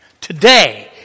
Today